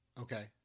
Okay